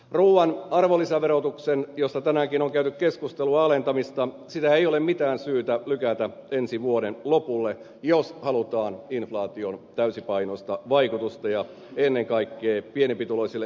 ruuan arvonlisäverotuksen alentamista josta tänäänkin on käyty keskustelua ei ole mitään syytä lykätä ensi vuoden lopulle jos halutaan inflaation täysipainoista vaikutusta ja ennen kaikkea pienempituloisille ihmisille apua